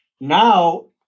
Now